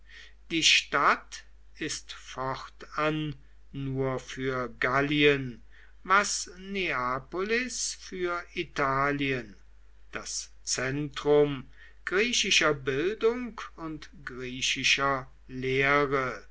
die stadt ist fortan nur für gallien was neapolis für italien das zentrum griechischer bildung und griechischer